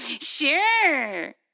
Sure